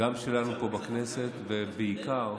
גם שלנו בכנסת ובעיקר